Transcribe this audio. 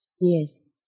Yes